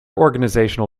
organizational